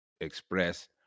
express